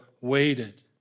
waited